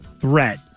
threat